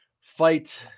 fight